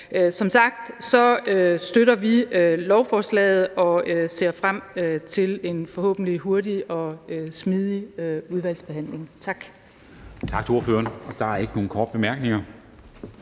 Som sagt støtter vi lovforslaget og ser frem til en forhåbentlig hurtig og smidig udvalgsbehandling. Tak.